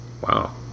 Wow